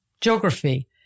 Geography